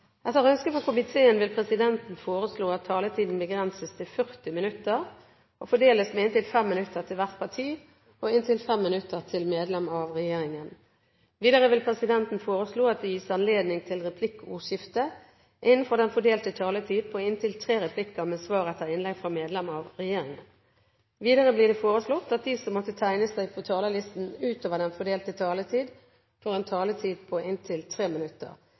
Etter ønske fra næringskomiteen vil presidenten foreslå at taletiden begrenses til 40 minutter og fordeles med inntil 5 minutter til hvert parti og inntil 5 minutter til medlem av regjeringen. Videre vil presidenten foreslå at det gis anledning til replikkordskifte på inntil tre replikker med svar etter innlegg fra medlem av regjeringen innenfor den fordelte taletid. Videre blir det foreslått at de som måtte tegne seg på talerlisten utover den fordelte taletid, får en taletid på inntil 3 minutter.